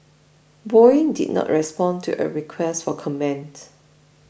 Boeing did not respond to a request for comment